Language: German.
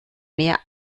mehr